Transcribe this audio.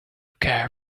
care